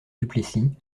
duplessis